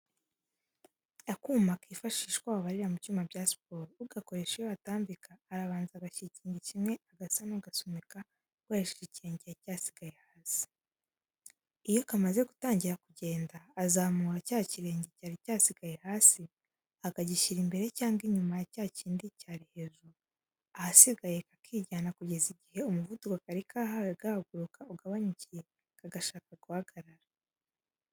Akuma kifashishwa wabarira mu byuma bya siporo. Ugakoresha iyo hatambika arabanza agashyiraho ikirenge kimwe agasa n'ugasunika akoresheje ikirenge cyasigaye hasi. Iyo kamaze gutangira kugenda, azamura cya kirenge cyari cyasigaye hasi akagishyira imbere cyangwa inyuma ya cya kindi cyari hejuru, ahasigaye kakijyana kugeza igihe umuvuduko kari kahawe gahaguruka ugabanyukiye kagashaka guhagarara.